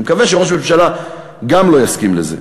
אני מקווה שראש ממשלה גם לא יסכים לזה.